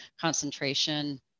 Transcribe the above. concentration